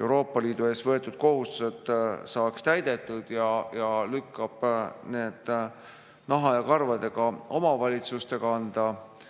Euroopa Liidu ees võetud kohustused saaksid täidetud. Riik lükkab need naha ja karvadega omavalitsuste kanda,